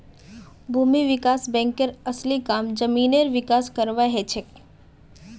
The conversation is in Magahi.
भूमि विकास बैंकेर असली काम जमीनेर विकास करवार हछेक